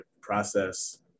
process